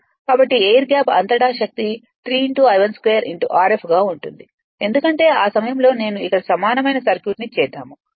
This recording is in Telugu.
కాబట్టి ఎయిర్ గ్యాప్ అంతటా శక్తి 3 I12 Rf గా ఉంటుంది ఎందుకంటే ఆ సమయంలో నేను ఇక్కడ సమానమైన సర్క్యూట్ని చేద్దాము